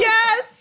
Yes